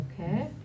Okay